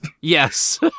Yes